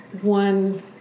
one